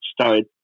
started